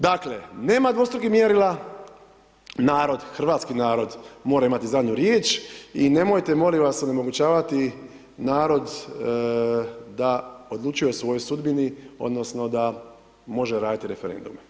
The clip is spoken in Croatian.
Dakle, nema dvostrukih mjerila, narod hrvatski narod mora imati zadnju riječ i nemojte molim vas onemogućavati narod da odlučuje o svojoj sudbini odnosno da može raditi referendume.